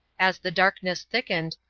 as the darkness thickened,